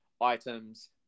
items